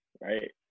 right